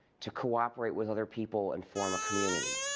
to cooperate with other people and form a community.